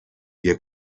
via